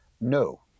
no